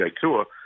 tour